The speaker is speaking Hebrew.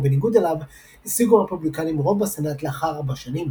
ובניגוד אליו – השיגו הרפובליקנים רוב בסנאט לאחר ארבע שנים.